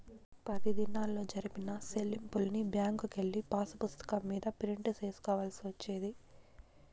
పది దినాల్లో జరిపిన సెల్లింపుల్ని బ్యాంకుకెళ్ళి పాసుపుస్తకం మీద ప్రింట్ సేసుకోవాల్సి వచ్చేది